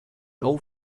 old